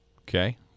Okay